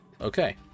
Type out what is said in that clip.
Okay